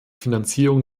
finanzierung